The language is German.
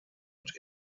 und